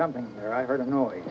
something i heard a noise